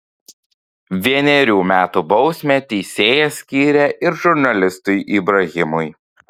vienerių metų bausmę teisėjas skyrė ir žurnalistui ibrahimui